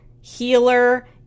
Healer